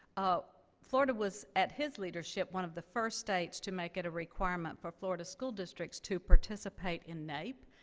ah florida was, at his leadership, one of the first states to make it a requirement for florida school districts to participate in naep,